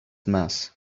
mess